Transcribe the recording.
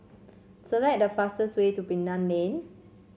select the fastest way to Bilal Lane